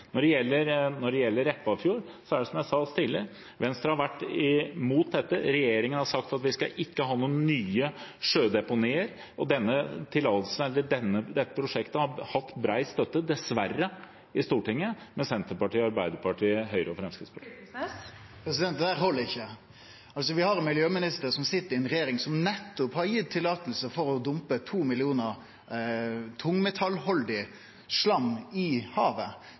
Når det gjelder Repparfjorden, er det som jeg har sagt tidligere: Venstre har vært imot dette. Regjeringen har sagt at vi ikke skal ha noen nye sjødeponier, og dette prosjektet har dessverre hatt bred støtte i Stortinget fra Senterpartiet, Arbeiderpartiet, Høyre og Fremskrittspartiet. Torgeir Knag Fylkesnes – til oppfølgingsspørsmål. Dette held ikkje. Vi har ein miljøminister som sit i ei regjering som nettopp har gitt tillating til å dumpe 2 mill. tonn tungmetallhaldig slam i havet,